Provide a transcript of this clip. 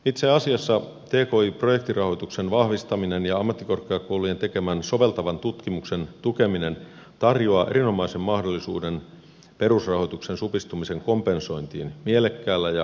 itse asiassa tki projektirahoituksen vahvistaminen ja ammattikorkeakoulujen tekemän soveltavan tutkimuksen tukeminen tarjoaa erinomaisen mahdollisuuden perusrahoituksen supistumisen kompensointiin mielekkäällä ja vaikuttavalla tavalla